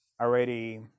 already